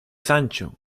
sancho